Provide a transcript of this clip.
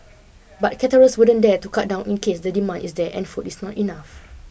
but caterers wouldn't dare to cut down in case the demand is there and food is not enough